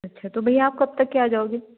अच्छा तो भैया आप कब तक के आ जाओगे